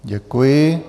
Děkuji.